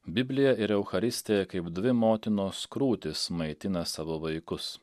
biblija ir eucharistija kaip dvi motinos krūtys maitina savo vaikus